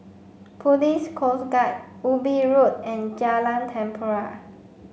Police Coast Guard Ubi Road and Jalan Tempua